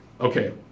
Okay